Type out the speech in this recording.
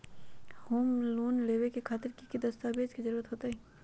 Home loan लेबे खातिर की की दस्तावेज के जरूरत होतई?